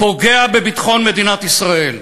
פוגע בביטחון מדינת ישראל,